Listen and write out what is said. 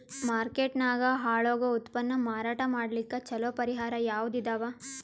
Market ನಾಗ ಹಾಳಾಗೋ ಉತ್ಪನ್ನ ಮಾರಾಟ ಮಾಡಲಿಕ್ಕ ಚಲೋ ಪರಿಹಾರ ಯಾವುದ್ ಇದಾವ?